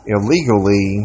Illegally